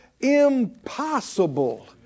Impossible